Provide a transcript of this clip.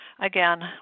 again